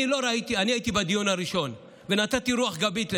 אני הייתי בדיון הראשון ונתתי רוח גבית לכך.